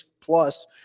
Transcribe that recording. plus